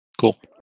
Cool